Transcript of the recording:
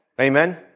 Amen